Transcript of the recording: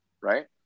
right